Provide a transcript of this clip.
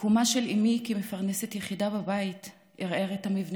מקומה של אימי כמפרנסת יחידה בבית ערער את המבנה